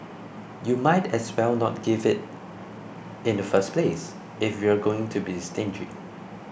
you might as well not give it in the first place if you're going to be stingy